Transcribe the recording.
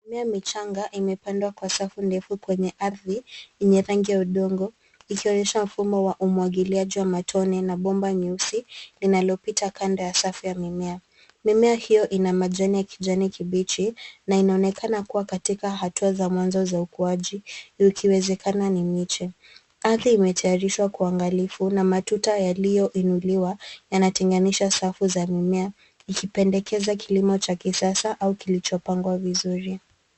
Mimea michanga imepandwa kwa safu ndefu kwenye ardhi yenye rangi ya udongo ikionyesha mfumo wa umwagiliaji wa matone na bomba nyeusi inayopita kando ya safu ya mimea. Mimea hiyo ina majani ya kijani kibichi na inaonekana kuwa katika hatua za mwanzo za ukuaji ikiwezekana ni miche. Ardhi imetayarishwa kwa uangalifu na matuta yaliyoinuliwa yanatenganisha safu za mimea ikipendekeza kilimo cha kisasa au kilichopangwa vizuri.